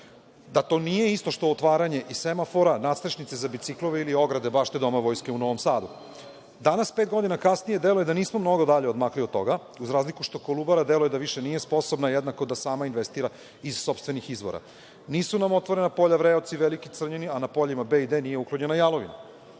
To nije isto što i otvaranje semafora, nadstrešnice za bicikle ili ograde bašte Doma vojske u Novom Sadu. Danas, pet godina kasnije deluje da nismo mnogo odmakli od toga za razliku što Kolubara deluje da više nije sposobna jednako da sama investira iz sopstvenih izvora. Nisu nam otvorena polja Vreoci, Veliki Crljeni, a na poljima B i D nije uklonjena jalovina.